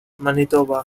manitoba